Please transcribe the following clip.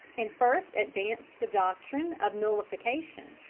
and first advanced the doctrine of nullification,